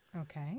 Okay